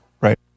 Right